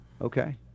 Okay